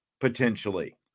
potentially